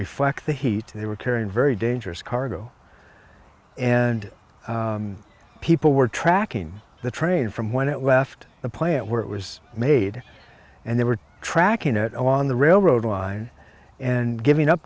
reflect the heat they were carrying very dangerous cargo and people were tracking the train from when it left the plant where it was made and they were tracking it on the railroad line and giving